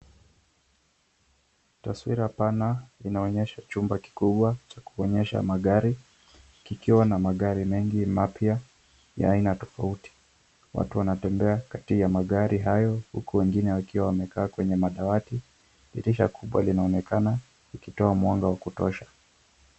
Taswira pana inaonyesha chumba kikubwa cha kuonyesha magari, kikiwa na magari mengi mapya ya aina tofauti. Watu wanatembea kati ya magari hayo, huku wengine wakiwa wamekaa kwenye madawati, dirisha kubwa linaonekana likitoa mwanga wa kutosha.